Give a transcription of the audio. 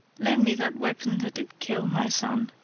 lend me that weapon that did kill my son,